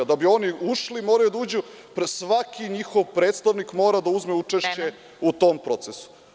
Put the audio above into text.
Da bi oni ušli, moraju da uđu, svaki njihov predstavnik mora da uzme učešće u tom procesu.